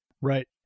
Right